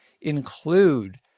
include